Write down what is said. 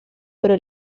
pero